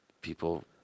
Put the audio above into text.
people